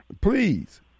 Please